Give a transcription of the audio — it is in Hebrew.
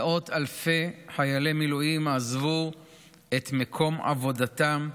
מאות אלפי חיילי מילואים עזבו את מקום עבודתם,